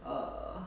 err